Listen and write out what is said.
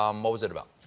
um what was it about?